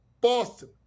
Boston